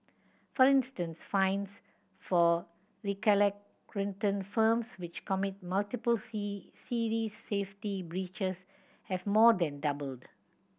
for instance fines for recalcitrant firms which commit multiple serious safety breaches have more than doubled